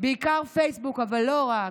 בעיקר פייסבוק, אבל לא רק,